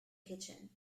kitchen